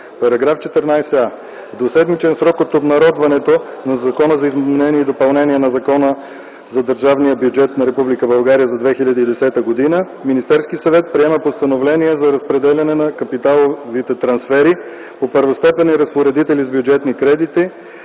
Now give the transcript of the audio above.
14а: „§ 14а. В двуседмичен срок от обнародването на Закона за изменение и допълнение на Закона за държавния бюджет на Република България за 2010 г. Министерският съвет приема постановление за разпределение на капиталовите трансфери, по първостепенни разпоредители с бюджетни кредити